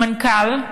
המנכ"ל,